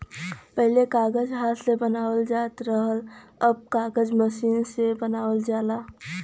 पहिले कागज हाथ से बनावल जात रहल, अब कागज मसीन से बनावल जाला